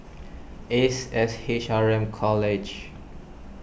Ace S H R M College